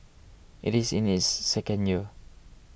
it is in its second year